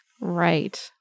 Right